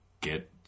get